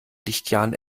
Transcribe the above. lichtjahren